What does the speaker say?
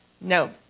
No